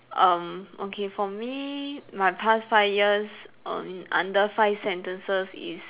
um okay for me my past five years um under five sentences is